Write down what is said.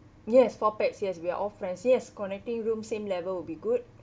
yes four pax yes we're all friends yes connecting room same level will be good